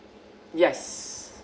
yes